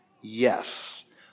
Yes